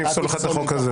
אני אפסול לך את החוק הזה.